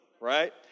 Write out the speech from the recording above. right